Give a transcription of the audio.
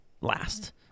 last